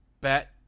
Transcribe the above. Bet